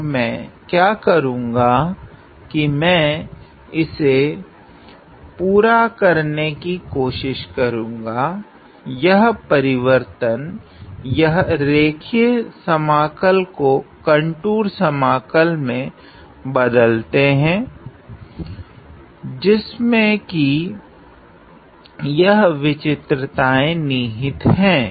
और मे क्या करुगा की मैं इसे पूरा करने की कोशिश करुगा यह परिवर्तन यह रैखिक समाकल को कंटूर समाकल मे बदलते हैं जिसमेकी यह विचित्रताएँ निहित हैं